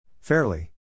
Fairly